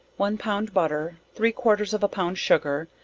one pound butter, three quarters of a pound sugar,